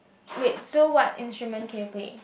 wait so what instrument can you play